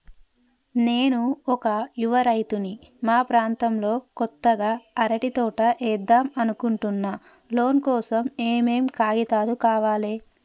నేను ఒక యువ రైతుని మా ప్రాంతంలో కొత్తగా అరటి తోట ఏద్దం అనుకుంటున్నా లోన్ కోసం ఏం ఏం కాగితాలు కావాలే?